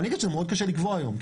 אבל אני אגיד שמאוד קשה לקבוע היום,